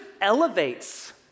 elevates